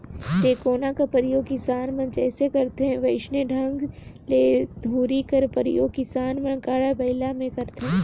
टेकोना कर परियोग किसान मन जइसे करथे वइसने ढंग ले धूरी कर परियोग किसान मन गाड़ा बइला मे करथे